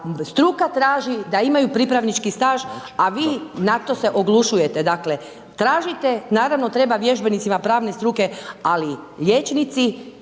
struka traži da imaju pripravnički staž, a vi na to se oglušujete. Dakle, tražite, naravno, treba vježbenicima pravne struke, ali liječnici